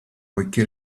poiché